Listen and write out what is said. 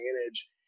manage